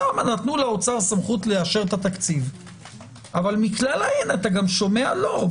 שם נתנו לאוצר סמכות לאשר את התקציב אבל מכלל הן אתה שומע לאו.